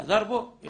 חזר בו, החזיר.